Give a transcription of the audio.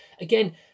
Again